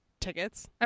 Tickets